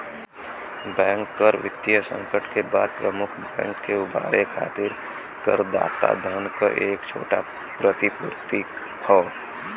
bank कर वित्तीय संकट के बाद प्रमुख बैंक के उबारे खातिर करदाता धन क एक छोटा प्रतिपूर्ति हौ